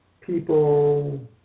people